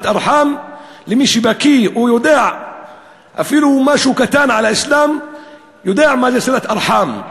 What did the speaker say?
מי שבקי ויודע אפילו משהו קטן על האסלאם יודע מה זה צִלַת ארחאם.